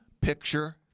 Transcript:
picture